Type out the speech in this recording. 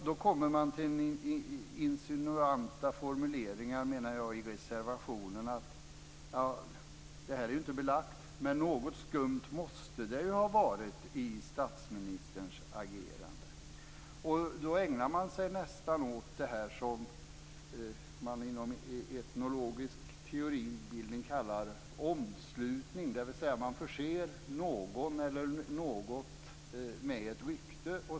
Då kommer man till insinuanta formuleringar, menar jag, i reservationerna: Det här är inte belagt, men något skumt måste det ha varit i statsministerns agerande. Då ägnar man sig nästan åt det som man inom etnologisk teoribildning kallar omslutning. Man förser någon eller något med ett rykte.